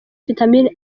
vitamini